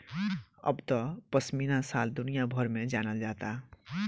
अब त पश्मीना शाल दुनिया भर में जानल जाता